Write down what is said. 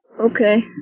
Okay